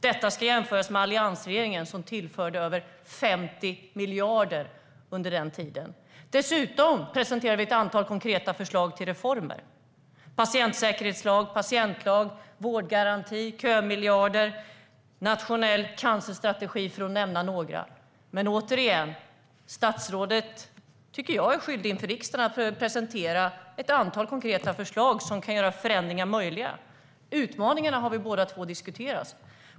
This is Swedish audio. Detta ska jämföras med alliansregeringen, som tillförde över 50 miljarder under sin tid. Dessutom presenterade vi ett antal konkreta förslag till reformer: patientsäkerhetslag, patientlag, vårdgaranti, kömiljarder och nationell cancerstrategi, för att nämna några. Återigen: Jag tycker att statsrådet är skyldig att inför riksdagen presentera ett antal konkreta förslag som kan göra förändringar möjliga. Utmaningarna har vi båda två diskuterat.